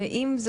ואם,